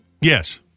Yes